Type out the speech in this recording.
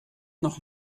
noch